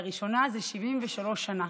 לראשונה זה 73 שנה.